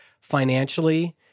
financially